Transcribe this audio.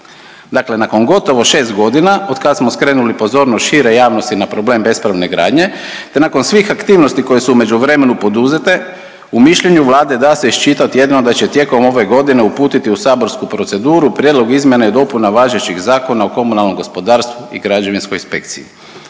dakle nakon gotovo šest godina od kad smo skrenuli pozornost šire javnosti na problem bespravne gradnje, te nakon svih aktivnosti koje su u međuvremenu poduzete u mišljenju Vlade da se iščitati jedino da će tijekom ove godine uputiti u saborsku proceduru Prijedlog izmjena i dopuna važećeg Zakona o komunalnom gospodarstvu i građevinskoj inspekciji.